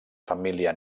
família